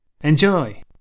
Enjoy